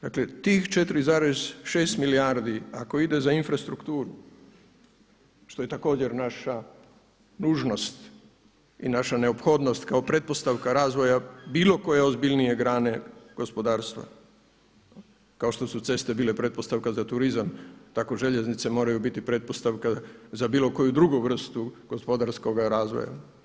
Dakle tih 4,6 milijardi ako ide za infrastrukturu što je također naša nužnost i naša neophodnost kako pretpostavka razvoja bilo koje ozbiljnije grane gospodarstva kao što su ceste bile pretpostavka za turizam tako željeznice moraju biti pretpostavka za bilo koju drugu vrstu gospodarskoga razvoja.